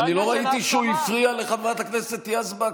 לא ראיתי שהוא הפריע לחברת הכנסת יזבק,